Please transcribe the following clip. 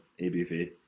ABV